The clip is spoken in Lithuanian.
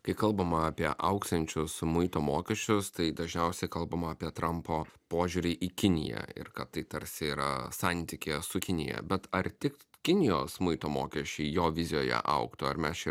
kai kalbama apie augsiančius muito mokesčius tai dažniausiai kalbama apie trampo požiūrį į kiniją ir kad tai tarsi yra santykyje su kinija bet ar tik kinijos muito mokesčiai jo vizijoje augtų ar mes čia